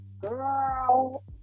Girl